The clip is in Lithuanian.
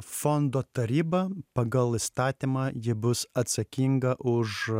fondo taryba pagal įstatymą ji bus atsakinga už